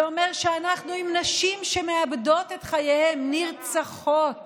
זה אומר שאנחנו עם נשים שמאבדות את חייהן, נרצחות